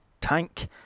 tank